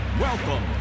welcome